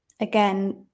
Again